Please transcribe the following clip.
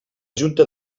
junta